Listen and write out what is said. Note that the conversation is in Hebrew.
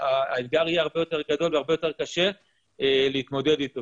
האתגר יהיה הרבה יותר גדול והרבה יותר קשה להתמודד איתו.